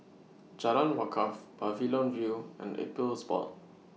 Jalan Wakaff Pavilion View and Appeals Board